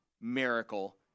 miracle